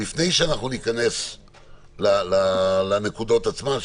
לפני שניכנס לנקודות עצמן.